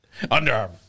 Underarm